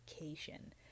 vacation